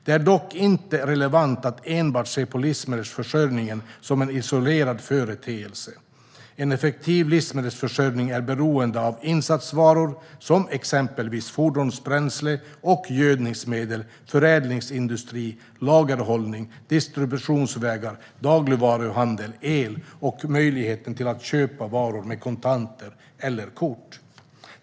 Det är dock inte relevant att enbart se på livsmedelsförsörjningen som en isolerad företeelse. En effektiv livsmedelsförsörjning är beroende av insatsvaror såsom fordonsbränsle och gödningsmedel, förädlingsindustri, lagerhållning, distributionsvägar, dagligvaruhandel, el och möjlighet att köpa varor med kontanter eller kort.